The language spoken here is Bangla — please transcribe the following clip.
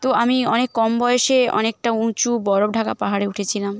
তো আমি অনেক কম বয়সে অনেকটা উঁচু বরফ ঢাকা পাহাড়ে উঠেছিলাম